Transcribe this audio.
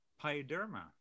pyoderma